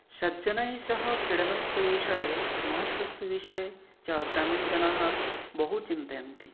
सज्जनै सह क्रीडनस्स विषये महत्वस्य विषये च ग्रामीणजना बहु चिन्तयन्ति